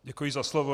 Děkuji za slovo.